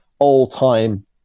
all-time